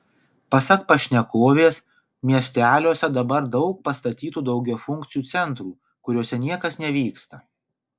pasak pašnekovės miesteliuose dabar daug pastatytų daugiafunkcių centrų kuriuose niekas nevyksta